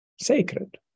sacred